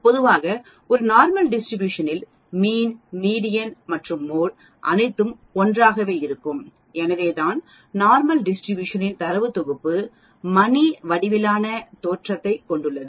பொதுவாக ஒரு normal distribution இல் மீண் மீடியன் மற்றும் மோட் அனைத்தும் ஒன்றாகவே அமையும் எனவேதான் நார்மல் டிஸ்ட்ரிபியூஷன் இன் தரவுத் தொகுப்பு மணி வடிவிலான தோற்றத்தைப் கொண்டது